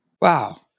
Wow